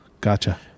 gotcha